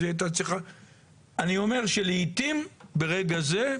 אני אומר שלעיתים ברגע זה,